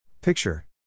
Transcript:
Picture